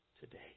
today